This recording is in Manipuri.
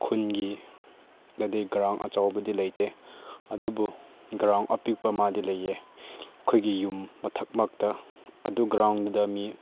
ꯈꯨꯟꯒꯤꯗꯗꯤ ꯒ꯭ꯔꯥꯎꯟ ꯑꯆꯧꯕꯗꯤ ꯂꯩꯇꯦ ꯑꯗꯨꯕꯨ ꯒ꯭ꯔꯥꯎꯟ ꯑꯄꯤꯛꯄ ꯑꯃꯗꯤ ꯂꯩꯌꯦ ꯑꯩꯈꯣꯏꯒꯤ ꯌꯨꯝ ꯃꯊꯛ ꯃꯛꯇ ꯑꯗꯨ ꯒ꯭ꯔꯥꯎꯟꯗ ꯃꯤ